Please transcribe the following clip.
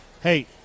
Hey